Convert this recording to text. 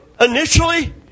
initially